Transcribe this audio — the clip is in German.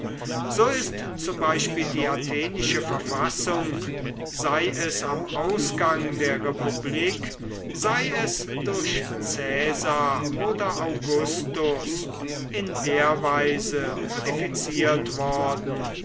so ist zum beispiel die athenische verfassung sei es am ausgang der republik sei es durch caesar oder augustus in der weise modifiziert worden